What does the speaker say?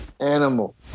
animal